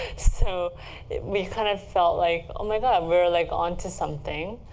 so we kind of felt like, oh my god. we're, like, onto something.